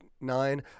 nine